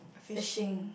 fishing